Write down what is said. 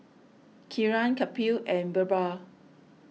Kiran Kapil and Birbal